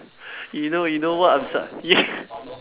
you know you know what I'm su~ y~